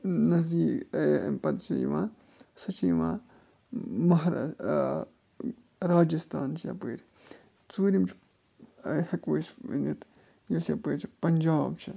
نزدیٖک اَمہِ پَتہٕ چھِ یِوان سُہ چھِ یِوان مہارا راجِستھان چھِ یَپٲرۍ ژوٗرِم چھِ ہٮ۪کو أسۍ ؤنِتھ یۄس یَپٲرۍ چھِ پَنجاب چھِ